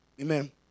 Amen